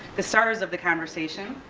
the stars of the conversation.